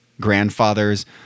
grandfathers